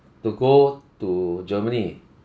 to go to germany